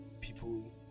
people